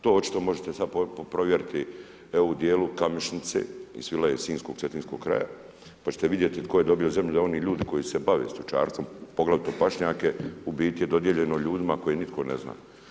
To očito sada možete provjeriti evo u dijelu Kamišnice i Svilaja i sinjskog, cetinskog kraja pa ćete vidjeti tko je dobio zemlju, da oni ljudi koji se bave stočarstvom, poglavito pašnjake u biti je dodijeljeno ljudima koje nitko ne zna.